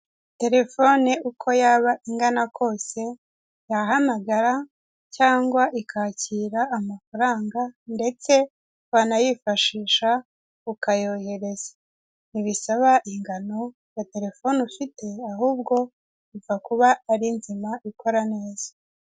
Telefone uko yaba ingana kose yahamagara cyangwa ikakira amafaranga ndetse banayifashisha ukayohereza; ntibisaba ingano ya telefone ufite ahubwo ipfa kuba ari nzima ikora neza.